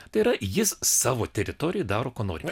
tai yra jis savo teritorijoj daro ką nori